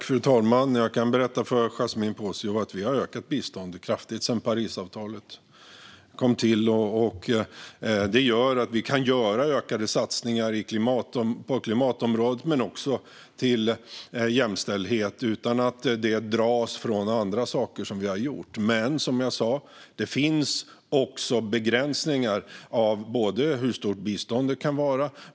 Fru talman! Jag kan berätta för Yasmine Posio att vi har ökat biståndet kraftigt sedan Parisavtalet kom till. Det gör att vi kan göra ökade satsningar på klimatområdet men också på jämställdhet utan att det dras från andra saker. Som jag sa finns det dock begränsningar när det gäller hur stort biståndet kan vara.